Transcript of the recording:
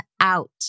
out